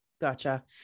Gotcha